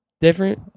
different